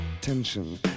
tension